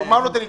איזו תשובה?